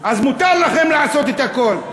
אז מותר לכם לעשות הכול.